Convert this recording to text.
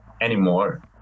anymore